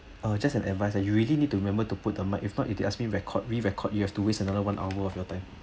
uh just an advice ah you really need to remember to put the mic~ if not if they ask me record re record you have to waste another one hour of your time